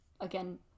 again